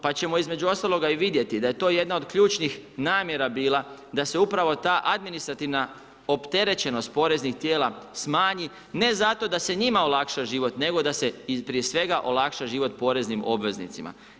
Pa ćemo između ostaloga i vidjeti da je to jedna od ključnih namjera bila da se upravo ta administrativna opterećenost poreznih tijela smanji ne zato da se njima olakša život nego da se i prije svega olakša život poreznim obveznicima.